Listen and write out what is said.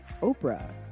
Oprah